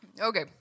Okay